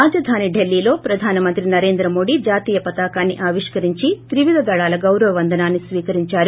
రాజధాని ఢిల్లీలో పధాన మంగ్రతి నరేంగద మోడీ జాతీయ పతాకాన్ని ఆవిష్కరంరించి తివిధ దళాల గౌరవ వందనాన్ని స్వీకరించారు